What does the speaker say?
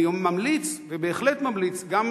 אני ממליץ, בהחלט ממליץ, גם